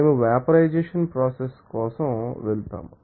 మేమువెపరైజెషన్ప్రోసెస్ కోసం వెళ్తాము